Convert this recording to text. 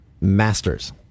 Masters